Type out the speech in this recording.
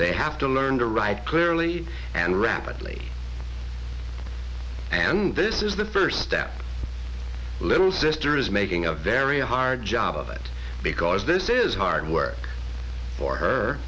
they have to learn to write clearly and rapidly and this is the first step little sister is making a very hard job of it because this is hard work for her